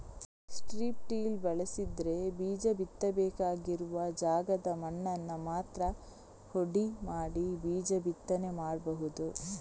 strip till ಬಳಸಿದ್ರೆ ಬೀಜ ಬಿತ್ತಬೇಕಾಗಿರುವ ಜಾಗದ ಮಣ್ಣನ್ನ ಮಾತ್ರ ಹುಡಿ ಮಾಡಿ ಬೀಜ ಬಿತ್ತನೆ ಮಾಡ್ಬಹುದು